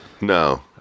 No